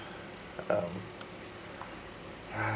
um uh